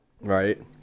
right